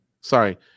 Sorry